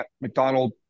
McDonald